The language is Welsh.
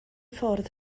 ffwrdd